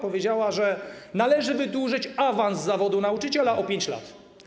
Powiedziała, że należy wydłużyć awans zawodu nauczyciela o 5 lat.